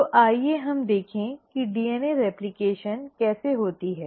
तो आइए हम देखें कि डीएनए रेप्लकेशन कैसे होती है